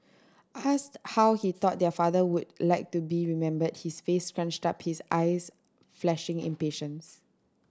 asked how he thought their father would like to be remembered his face scrunched up his eyes flashing impatience